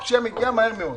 הפשיעה מגיעה מהר מאוד.